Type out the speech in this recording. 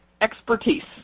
expertise